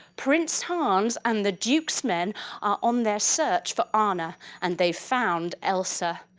prince hans and the duke's men are on the search for anna and they've found elsa.